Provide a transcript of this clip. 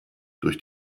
durch